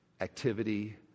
activity